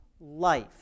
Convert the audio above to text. life